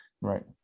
right